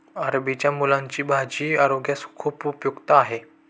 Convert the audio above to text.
अरबीच्या मुळांची भाजी आरोग्यास खूप उपयुक्त आहे